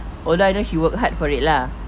although I know she worked hard for it lah